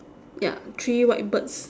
ya three white birds